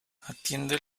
atiende